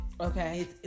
Okay